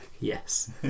Yes